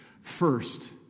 First